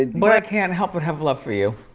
ah but i can't help but have love for you.